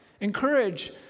Encourage